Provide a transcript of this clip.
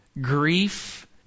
grief